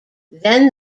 then